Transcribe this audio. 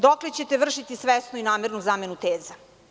Dokle ćete vršiti svesnu i namernu zamenu teza?